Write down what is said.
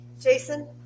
jason